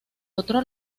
otro